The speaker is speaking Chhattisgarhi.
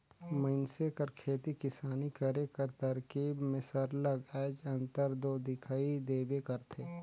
मइनसे कर खेती किसानी करे कर तरकीब में सरलग आएज अंतर दो दिखई देबे करथे